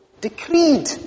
decreed